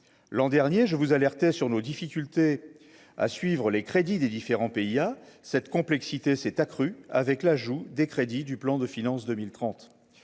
l'an dernier, je vous alerter sur nos difficultés à suivre les crédits des différents pays à cette complexité s'est accrue avec l'ajout des crédits du plan de finances 2030